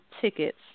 tickets